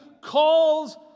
calls